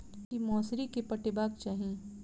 की मौसरी केँ पटेबाक चाहि?